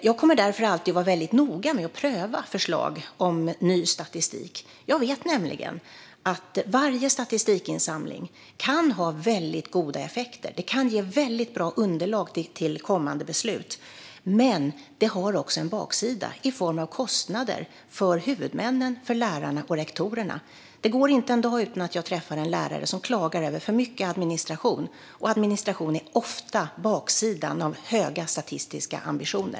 Jag kommer därför alltid att vara mycket noga med att pröva förslag om ny statistik. Jag vet nämligen att varje statistikinsamling kan ha mycket goda effekter och kan ge mycket bra underlag till kommande beslut. Men den har också en baksida i form av kostnader för huvudmännen, lärarna och rektorerna. Det går inte en dag utan att jag träffar en lärare som klagar över för mycket administration, och administration är ofta baksidan av höga statistiska ambitioner.